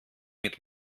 mit